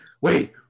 Wait